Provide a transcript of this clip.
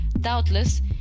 doubtless